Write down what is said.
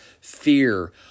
fear